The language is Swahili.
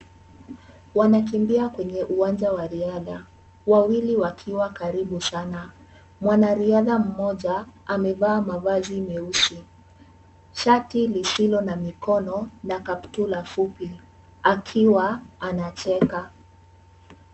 Wanakimbia kwenye uwanja wa riadha wawili wakiwa karibu sana. Mwanariadha mmoja amevaa mavazi meusi, shati lisilo na mikono na kaptula fupi akiwa anacheka.